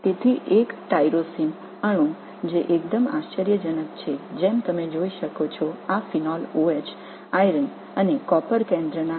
எனவே ஒரு tyrosine moiety இந்த பீனால் OH இரும்பு மற்றும் காப்பர் மையங்களின் இந்த மையத்தை நோக்கி சுட்டிக்காட்டப்படுவதை நீங்கள் காணலாம்